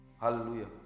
Hallelujah